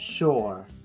Sure